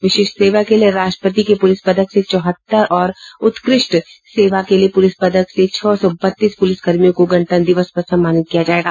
विशिष्ठ सेवा के लिए राष्ट्रपति के पुलिस पदक से चौहत्तर और उत्कृष्ट सेवा के लिए पुलिस पदक से छह सौ बत्तीस पुलिस कर्मियों को गणतंत्र दिवस पर सम्मानित किया जायेगा